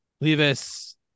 Levis